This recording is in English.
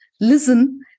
listen